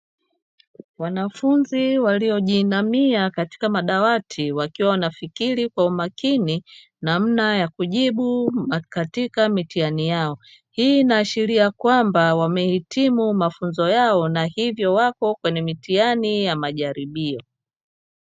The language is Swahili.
Wanafunzi waliojiinamia katika madawati wakiwa wanafikiri kwa umakini namna ya kujibu katika mitihani yao. Hii inaashiria kwamba wamehitimu mafunzo yao na hivyo wapo kwenye mitihani ya majaribio.